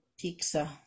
Pizza